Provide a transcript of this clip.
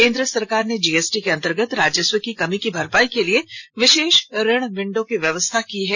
केन्द्र सरकार ने जी एस टी के अंतर्गत राजस्व की कमी की भरपाई के लिए विशेष ऋण विंडो की व्यवस्था की है